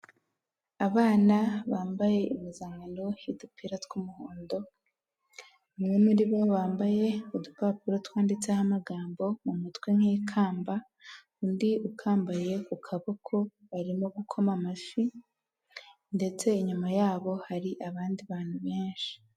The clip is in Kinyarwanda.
Abana bambaye impuzankano y'udupira tw'umuhondo, umwe muri bo yambaye udupapuro twanditseho amagambo mu mutwe nk'ikamba, undi ukambaye ku kaboko, barimo gukoma amashyi ndetse inyuma y'abo hari abandi bantu benshi.